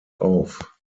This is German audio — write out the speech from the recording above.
auf